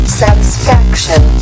satisfaction